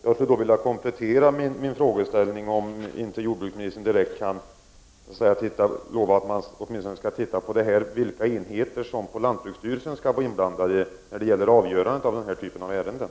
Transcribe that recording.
Jag skulle vilja komplettera min fråga: Kan inte jordbruksministern lova att man åtminstone skall se över vilka enheter inom lantbruksstyrelsen som skall vara inblandade vid avgörandet av den här typen av ärenden.